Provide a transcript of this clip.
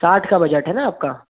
साठ का बजट है ना आपका